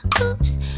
Oops